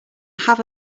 have